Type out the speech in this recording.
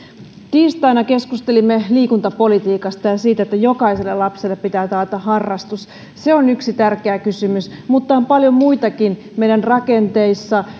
tiistaina keskustelimme liikuntapolitiikasta ja siitä että jokaiselle lapselle pitää taata harrastus se on yksi tärkeä kysymys mutta on paljon muitakin meidän rakenteissa